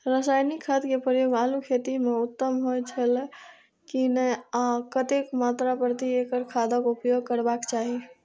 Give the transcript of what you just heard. रासायनिक खाद के प्रयोग आलू खेती में उत्तम होय छल की नेय आ कतेक मात्रा प्रति एकड़ खादक उपयोग करबाक चाहि?